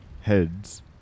heads